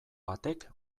batek